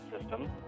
system